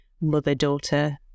mother-daughter